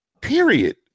Period